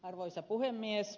arvoisa puhemies